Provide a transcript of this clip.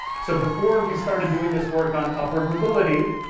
so before we started doing this work on upward mobility,